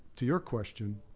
to your question,